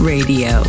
Radio